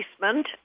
basement